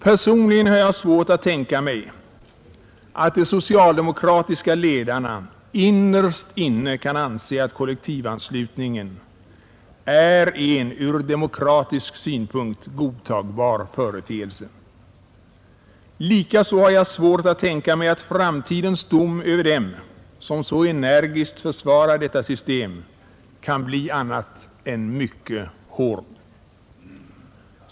Personligen har jag svårt att tänka mig att de socialdemokratiska ledarna innerst inne kan anse att kollektivanslutningen är en ur demokratisk synpunkt godtagbar företeelse. Likaså har jag svårt att tänka mig att framtidens dom över dem som så energiskt försvarar detta system kan bli annat än mycket hård.